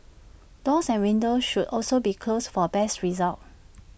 doors and windows should also be closed for best results